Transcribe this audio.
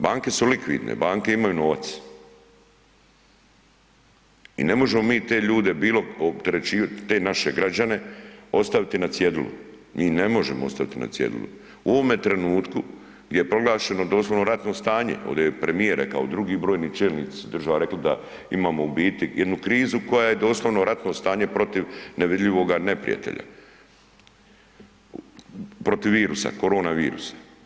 Banke su likvidne, banke imaju novac i ne možemo mi te ljude bilo opterećivat, te naše građane ostaviti na cjedilu, mi ih ne možemo ostaviti na cjedilu u ovome trenutku gdje je proglašeno doslovno ratno stanje, ovdje je premijer rekao i drugi brojni čelnici država rekli da imamo u biti jednu krizu koja je doslovno ratno stanje protiv nevidljivoga neprijatelja, protiv virusa, korona virusa.